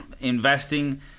investing